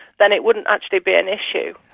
that it wouldn't actually be an issue.